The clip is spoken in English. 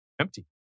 empty